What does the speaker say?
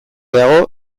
dago